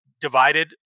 divided